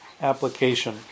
application